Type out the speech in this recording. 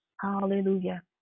Hallelujah